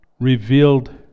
revealed